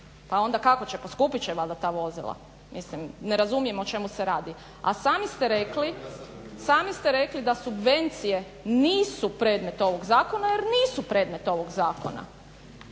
Pa onda kako će poskupit će valjda ta vozila? Mislim ne razumijem o čemu se radi. A sami ste rekli da subvencije nisu predmet ovog zakona jer nisu predmet ovog zakona.